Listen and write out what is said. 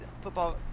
Football